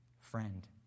Friend